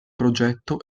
progetto